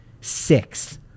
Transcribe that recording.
six